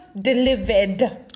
delivered